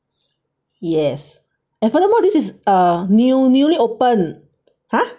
yes and furthermore this is a new newly open !huh!